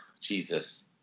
Jesus